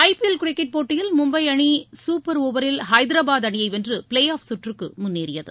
ஐ P L cricket போட்டியில் மும்பை அணி super ஒவரில் ஐதராபாத் அணியை வென்று ப்ளே ஆப் சுற்றுக்கு முன்னேறியது